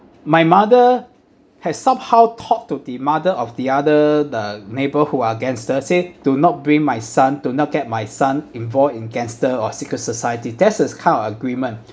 my mother has somehow talk to the mother of the other the neighbour who are gangster say do not bring my son do not get my son involved in gangster or secret society that's a kind of agreement